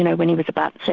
and when he was about